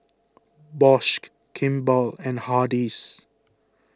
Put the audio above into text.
Bosch Kimball and Hardy's